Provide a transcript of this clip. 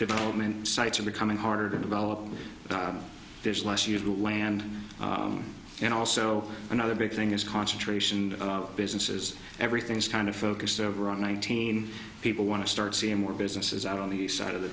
development sites are becoming harder to develop there's less you to land and also another big thing is concentration of businesses everything's kind of focused around nineteen people want to start seeing more businesses out on the side of the